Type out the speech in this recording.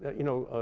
you know,